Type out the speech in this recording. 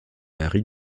marie